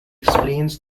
explains